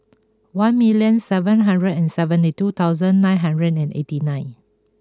one million seven hundred and seventy two thousand nine hundred and eighty nine